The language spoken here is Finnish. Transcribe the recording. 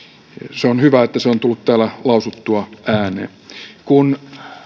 on hyvä että se on tullut täällä lausuttua ääneen kun